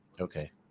Okay